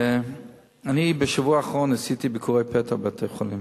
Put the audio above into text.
אני בשבוע האחרון עשיתי ביקורי פתע בבתי-חולים,